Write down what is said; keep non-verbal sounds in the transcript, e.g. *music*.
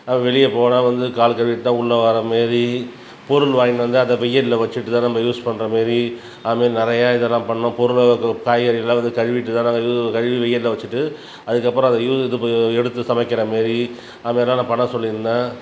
வெளியே போனால் வந்து கால் கழுவிட்டு தான் உள்ள வர மாரி பொருள் வாங்கிட்டு வந்தால் அதை வெயிலில் வச்சுட்டுதான் நம்ம யூஸ் பண்றமாரி அதுமாரி நிறையா இதல்லாம் பண்ணோம் பொருளை காய்கறி எல்லாம் வந்து கழுவிட்டு தான் நாங்கள் கழுவி வெயிலில் வச்சுட்டு அதுக்கப்புறம் *unintelligible* எடுத்து சமைக்கிற மாரி அது மாரிலாம் நான் பண்ண சொல்லியிருந்தேன்